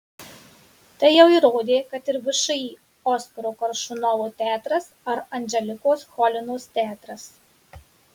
tai jau įrodė kad ir všį oskaro koršunovo teatras ar anželikos cholinos teatras